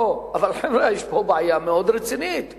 אבל, חבר'ה, יש פה בעיה רצינית מאוד.